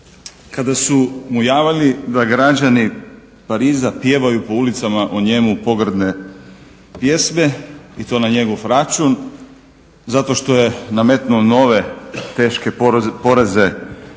Kada su mu javili da građani Pariza pjevaju o njemu pogrdne pjesme i to na njegov račun zato što je nametnuo nove teške poreze